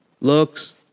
looks